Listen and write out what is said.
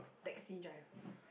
taxi driver